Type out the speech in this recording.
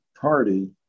party